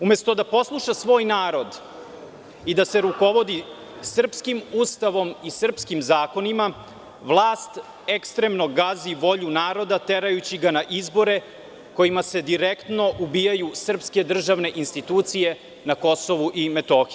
Umesto da posluša svoj narod i da se rukovodi srpskim Ustavom i srpskim zakonima, vlast ekstremno gazi volju naroda terajući ga na izbore kojima se direktno ubijaju srpske državne institucije na KiM.